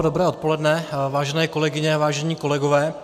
Dobré odpoledne, vážené kolegyně, vážení kolegové.